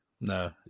No